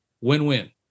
Win-win